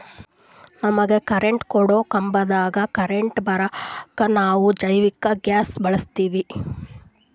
ನಮಗ ಕರೆಂಟ್ ಕೊಡೊ ಕಂಬದಾಗ್ ಕರೆಂಟ್ ಬರಾಕ್ ನಾವ್ ಜೈವಿಕ್ ಗ್ಯಾಸ್ ಬಳಸ್ತೀವಿ